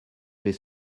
les